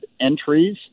entries